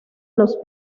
los